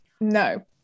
No